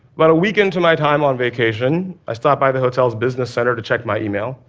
but a week into my time on vacation, i stopped by the hotel's business center to check my email.